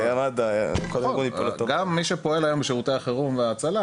גם מי שפועל היום בשירותי החירום וההצלה,